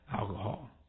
alcohol